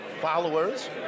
followers